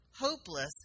hopeless